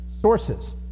sources